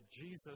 Jesus